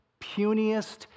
puniest